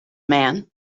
man